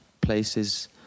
places